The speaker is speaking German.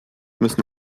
müssen